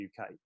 UK